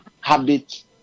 habit